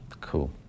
cool